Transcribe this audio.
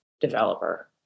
developer